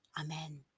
Amen